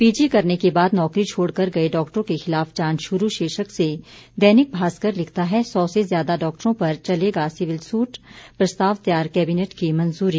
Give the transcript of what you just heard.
PG करने के बाद नौकरी छोड़कर गए डॉक्टरों के खिलाफ जांच शुरू शीर्षक से दैनिक भास्कर लिखता है सौ से ज्यादा डॉक्टरों पर चचेगा सिविल सूट प्रस्ताव तैयार कैबिनेट की मंजूरी